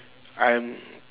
I'm